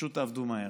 פשוט תעבדו מהר.